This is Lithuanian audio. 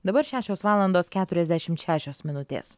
dabar šešios valandos keturiasdešimt šešios minutės